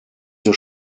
des